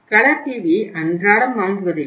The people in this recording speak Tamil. கலர் டிவியை அன்றாடம் வாங்குவதில்லை